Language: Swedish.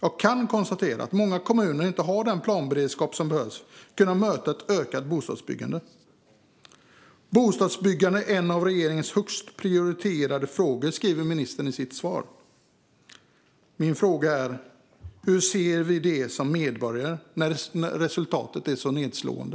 Jag kan konstatera att många kommuner inte har den planberedskap som behövs för att möta ett ökat bostadsbyggande. Bostadsbyggande är en av regeringens högst prioriterade frågor, säger ministern i sitt svar. Min fråga är: Hur ser vi det som medborgare när resultatet är så nedslående?